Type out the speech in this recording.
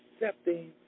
accepting